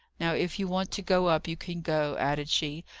now, if you want to go up, you can go, added she,